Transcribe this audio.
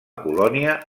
colònia